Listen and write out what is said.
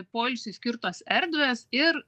poilsiui skirtos erdvės ir